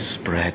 spread